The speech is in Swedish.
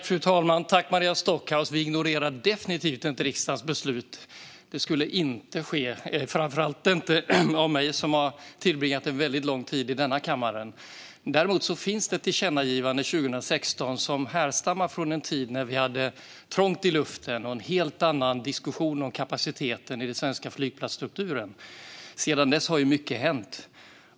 Fru talman! Tack, Maria Stockhaus, för frågan! Vi ignorerar definitivt inte riksdagens beslut. Det skulle inte ske, framför allt inte av mig som har tillbringat en väldigt lång tid i denna kammare. Däremot finns det ett tillkännagivande från 2016 som härstammar från en tid när vi hade trångt i luften och en helt annan diskussion om kapaciteten i den svenska flygplatsstrukturen. Sedan dess har mycket hänt.